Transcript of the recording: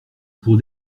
pour